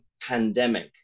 pandemic